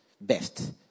best